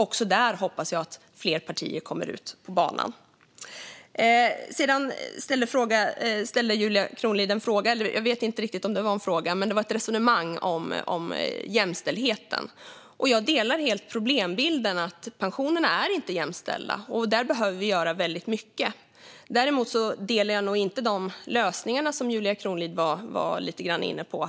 Också där hoppas jag att fler partier kommer ut på banan. Sedan ställde Julia Kronlid en fråga. Eller jag vet inte riktigt om det var en fråga, men det var ett resonemang om jämställdheten. Jag delar helt problembilden: Pensionerna är inte jämställda. Där behöver vi göra väldigt mycket. Däremot delar jag nog inte de lösningar som Julia Kronlid lite grann var inne på.